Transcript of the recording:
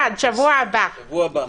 שבוע הבא זה יהיה בדיעבד.